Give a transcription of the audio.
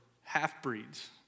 half-breeds